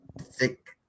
thick